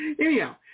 Anyhow